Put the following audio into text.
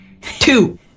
two